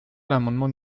l’amendement